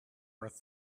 worth